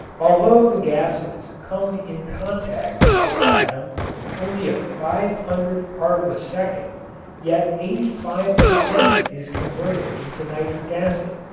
although the gases come in contact with the platinum only a five-hundredth part of a second yet eighty-five per cent. is converted into nitric acid.